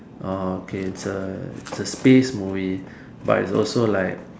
orh okay it's a it's a space movie but it's also like